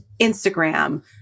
instagram